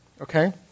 okay